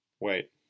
Wait